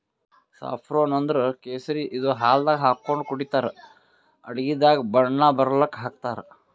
saffron ಅಂದ್ರ ಕೇಸರಿ ಇದು ಹಾಲ್ದಾಗ್ ಹಾಕೊಂಡ್ ಕುಡಿತರ್ ಅಡಗಿದಾಗ್ ಬಣ್ಣ ಬರಲಕ್ಕ್ ಹಾಕ್ತಾರ್